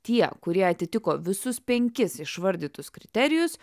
tie kurie atitiko visus penkis išvardytus kriterijus